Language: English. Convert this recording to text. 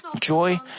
joy